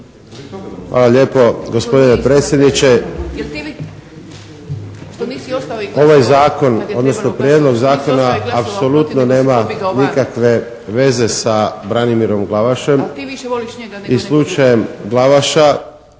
Hvala lijepo gospodine predsjedniče. Ovaj Zakon, odnosno Prijedlog zakona apsolutno nema nikakve veze sa Branimirom Glavašem i slučajem Glavaša.